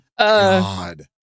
God